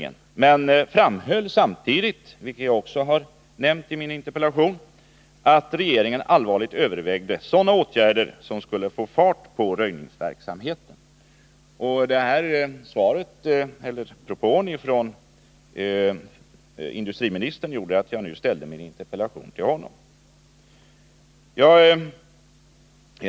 Samtidigt framhöll han, vilket jag också nämnt i min interpellation, att regeringen allvarligt övervägde åtgärder för att få fart på röjningen. Industriministerns uttalande gjorde att jag nu riktade min interpellation till honom.